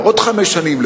לעוד חמש שנים,